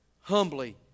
humbly